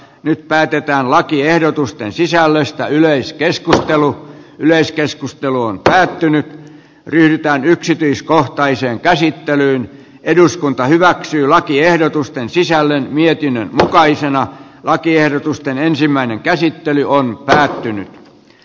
nyt päätetään lakiehdotusten sisällöstä yleiskeskustelun yleiskeskustelu on päättynyt riittävän yksityiskohtaiseen käsittelyyn eduskunta hyväksyy lakiehdotusten sisällön mietinnön takaiseen lakiehdotusten ensimmäinen käsittely on päättynyt